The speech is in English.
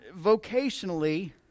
vocationally